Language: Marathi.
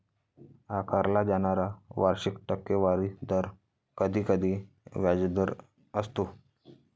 आकारला जाणारा वार्षिक टक्केवारी दर कधीकधी व्याजदर असतो